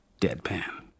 deadpan